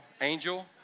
Angel